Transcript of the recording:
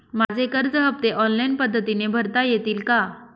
माझे कर्ज हफ्ते ऑनलाईन पद्धतीने भरता येतील का?